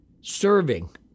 serving